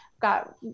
got